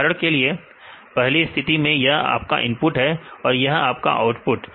उदाहरण के लिए पहली स्थिति में यह आपका इनपुट है और यह आपका आउटपुट